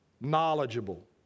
knowledgeable